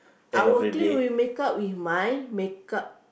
I'll play with makeup with my makeup